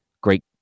Great